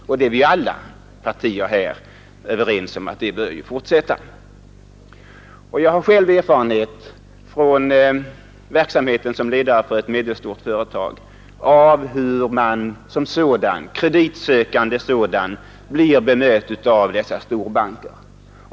Och alla partier här i riksdagen är ju överens om att denna ökning bör fortsätta. Jag har själv erfarenhet från verksamhet i ledningen för ett medelstort företag och vet hur man blir bemött när man som kreditsökande i denna egenskap vänder sig till storbanker.